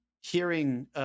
hearing